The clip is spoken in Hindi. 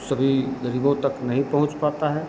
सभी गरीबों तक नहीं पहुँच पाता है